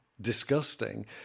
disgusting